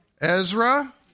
Ezra